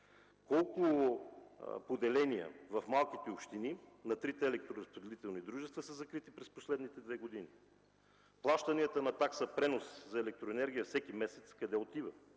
колко поделения в малките общини на трите електроразпределителни дружества са закрити през последните две години? Плащанията на такса „пренос на електроенергия” всеки месец къде отиват?